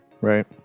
right